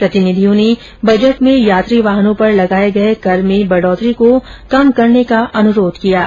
प्रतिनिधियों ने बजट में यात्री वाहनों पर लगाए गए कर में वृद्वि को कम करने का अनुरोध किया है